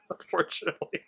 unfortunately